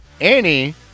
Annie